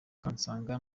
kansanga